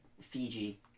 Fiji